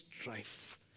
strife